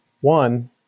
One